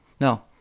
no